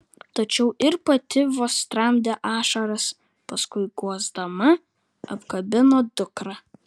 tačiau ir pati vos tramdė ašaras paskui guosdama apkabino dukrą